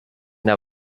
der